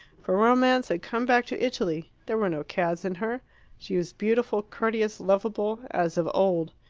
for romance had come back to italy there were no cads in her she was beautiful, courteous, lovable, as of old.